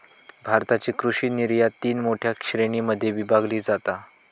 भारताची कृषि निर्यात तीन मोठ्या श्रेणीं मध्ये विभागली जाता